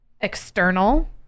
external